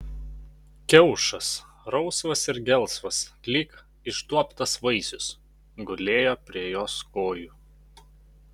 kiaušas rausvas ir gelsvas lyg išduobtas vaisius gulėjo prie jos kojų